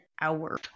hour